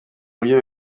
buryo